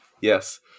Yes